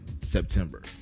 September